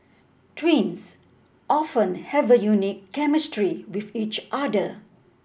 twins often have a unique chemistry with each other